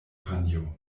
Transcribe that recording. panjo